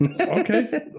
Okay